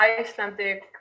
icelandic